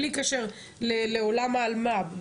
בלי קשר לעולם האלמ"ב,